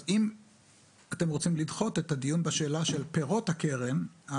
אם אתם רוצים לדחות את הדיון בשאלה של פירות הקרן,